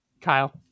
Kyle